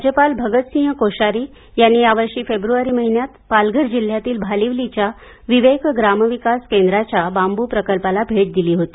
राज्यपाल भगतसिंह कोश्यारी यांनी या वर्षी फेब्र्वारी महिन्यात पालघर जिल्ह्यातील भालिवली च्या विवेक ग्राम विकास केंद्राच्या बांबू प्रकल्पाला भेट दिली होती